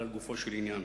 אלא לגופו של עניין.